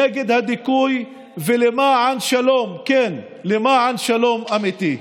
נגד הדיכוי ולמען שלום, כן, למען שלום אמיתי.